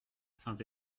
saint